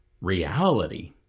reality